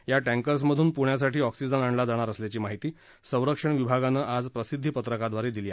या टँकरमधून पुण्यासाठी ऑक्सिजन आणला जाणार असल्याची माहिती संरक्षण विभागानं आज प्रसिद्धीपत्रकाद्वारे दिली